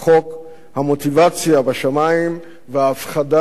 המוטיבציה בשמים וההפחדה בעיצומה.